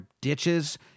ditches